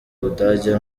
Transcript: budage